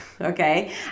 okay